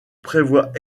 prévoit